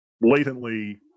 blatantly